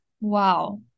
Wow